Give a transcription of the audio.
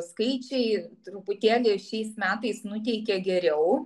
skaičiai truputėlį šiais metais nuteikia geriau